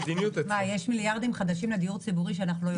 יש מיליארדים חדשים לדיור הציבורי שאנחנו לא יודעים עליהם?